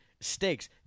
stakes